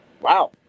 wow